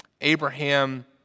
Abraham